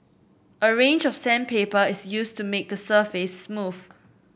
a range of sandpaper is used to make the surface smooth